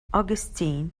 augustine